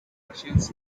russians